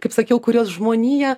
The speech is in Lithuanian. kaip sakiau kuriuos žmonija